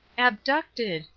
abducted!